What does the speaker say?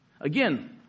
Again